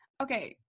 Okay